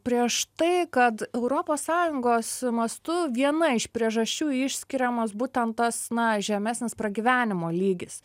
prieš tai kad europos sąjungos mastu viena iš priežasčių išskiriamas būtent tas na žemesnis pragyvenimo lygis